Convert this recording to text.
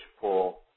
pull